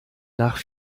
nach